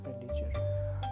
expenditure